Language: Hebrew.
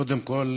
קודם כול,